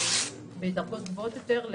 ובדרגות גבוהות יותר,